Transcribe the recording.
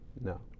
No